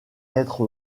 être